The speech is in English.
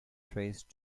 traced